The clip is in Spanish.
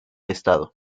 estado